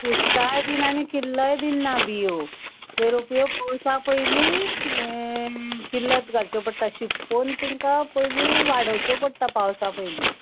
कुसताय बी आनी किल्लय बी ना बिंयो त्यो रोपयो पावसा पयली किल्लत घालच्यो पडटा शिंपोवन तेंकां पयली वाडोवच्यो पडटा पावसा पयली